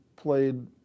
played